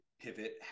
pivot